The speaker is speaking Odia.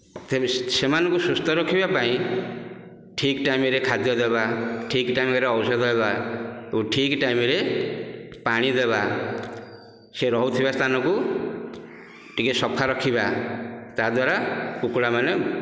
ତେବେ ସେମାନଙ୍କୁ ସୁସ୍ଥ ରଖିବା ପାଇଁ ଠିକ ଟାଇମ୍ରେ ଖାଦ୍ୟ ଦେବା ଠିକ ଟାଇମ୍ରେ ଔଷଧ ଦେବା ଓ ଠିକ ଟାଇମ୍ରେ ପାଣି ଦେବା ସେ ରହୁଥିବା ସ୍ଥାନକୁ ଟିକେ ସଫା ରଖିବା ତାଦ୍ଵାରା କୁକୁଡ଼ାମାନେ